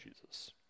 Jesus